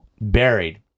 buried